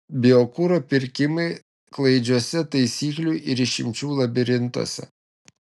biokuro pirkimai klaidžiuose taisyklių ir išimčių labirintuose